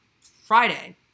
Friday